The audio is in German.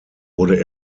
wurde